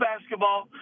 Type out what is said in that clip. basketball